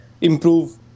improve